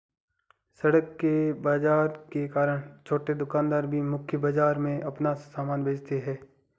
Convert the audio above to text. सड़क के बाजार के कारण छोटे दुकानदार भी मुख्य बाजार में अपना सामान बेचता है